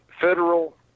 federal